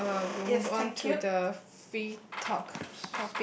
so uh we'll move on to the free talk